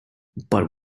but